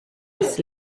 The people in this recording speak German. das